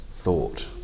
thought